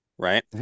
Right